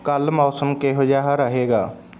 ਕੱਲ੍ਹ ਮੌਸਮ ਕਿਹੋ ਜਿਹਾ ਰਹੇਗਾ